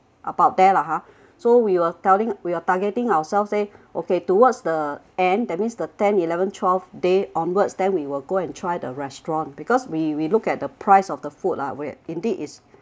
about there lah ha so we were telling we were targeting ourselves say okay towards the end that means the ten eleven twelve day onwards then we will go and try the restaurant because we we look at the price of the food lah where indeed is